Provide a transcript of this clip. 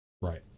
Right